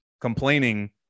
Complaining